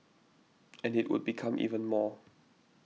and it would become even more